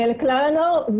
לכלל הנוער.